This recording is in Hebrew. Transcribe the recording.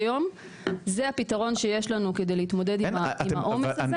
כיום זה הפתרון שיש לנו כדי להתמודד עם העומס הזה,